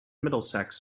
middlesex